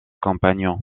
compagnons